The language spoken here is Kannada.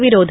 ವಿರೋಧ